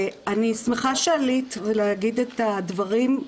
אני שמחה שעלית ואמרת את הדברים.